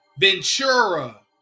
Ventura